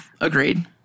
agreed